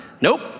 Nope